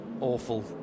awful